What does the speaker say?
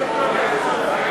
לביטחון לאומי,